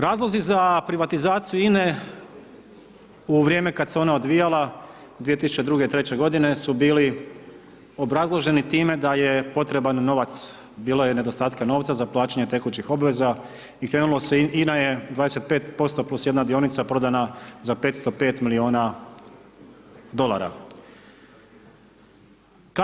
Razlozi za privatizaciju INA-e u vrijeme kada se ona odvijala 2002., 2003. godine su bili obrazloženi time da je potreban novac, bilo je nedostatka novca za plaćanje tekućih obveza i krenulo se, INA je 25%+1 dionica prodana za 505 milijuna dolara.